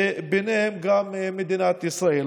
וביניהן גם מדינת ישראל.